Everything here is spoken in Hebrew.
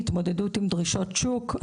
שהוא התמודדות עם דרישות שוק.